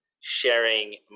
sharing